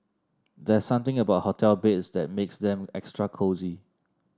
there's something about hotel beds that makes them extra cosy